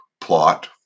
plot